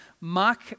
mark